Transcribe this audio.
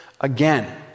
again